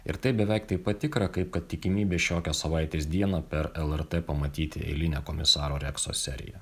ir tai beveik taip pat tikra kaip kad tikimybė šiokią savaitės dieną per lrt pamatyti eilinę komisaro rekso seriją